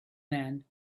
man